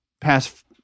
past